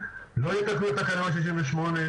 לא יתקנו את תקנה 168,